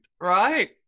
right